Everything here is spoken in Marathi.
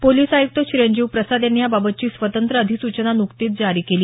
पोलीस आय्क्त चिरंजीव प्रसाद यांनी याबाबतची स्वतंत्र अधिसूचना न्कतीच जारी केली